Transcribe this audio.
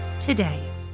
today